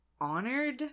Honored